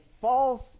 false